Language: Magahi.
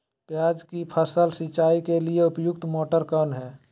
प्याज की फसल सिंचाई के लिए उपयुक्त मोटर कौन है?